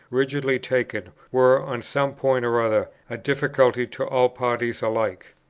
rigidly taken, were, on some point or other, a difficulty to all parties alike.